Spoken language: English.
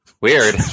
Weird